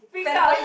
freak out is